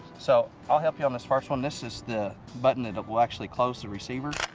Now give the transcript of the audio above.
so i'll help you on this first one. this is the button that will actually close the receiver.